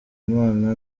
imana